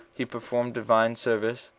he performed divine service,